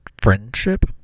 friendship